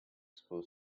school